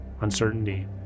uncertainty